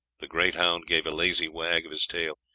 the great hound gave a lazy wag of his tail.